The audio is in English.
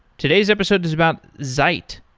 today's episode is about zeit,